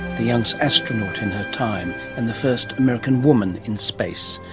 the youngest astronaut in her time and the first american woman in space.